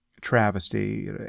travesty